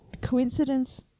Coincidence